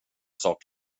sak